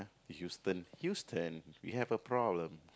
Houston Houston we have a problem